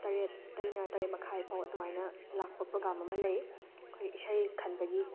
ꯇꯔꯦꯠꯇꯒꯤꯅ ꯇꯔꯦꯠ ꯃꯈꯥꯏꯐꯥꯎ ꯑꯗꯨꯃꯥꯏꯅ ꯂꯥꯛꯄ ꯄ꯭ꯔꯣꯒ꯭ꯔꯥꯝ ꯑꯃ ꯂꯩ ꯑꯩꯈꯣꯏ ꯏꯁꯩ ꯈꯟꯕꯒꯤ